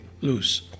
loose